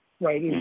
Right